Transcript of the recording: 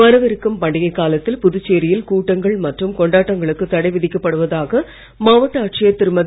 விரவிருக்கும் பண்டிகை காலத்தில் புதுச்சேரியில் கூட்டங்கள் மற்றும் கொண்டாட்டங்களுக்கு தடை விதிக்கப் படுவதாக மாவட்ட ஆட்சியர் திருமதி